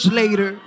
later